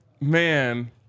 Man